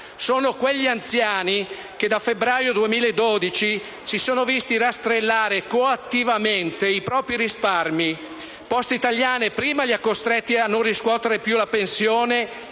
Sono quegli anziani che da febbraio 2012 si sono visti rastrellare coattivamente i propri risparmi. Poste italiane prima li ha costretti a non riscuotere più la pensione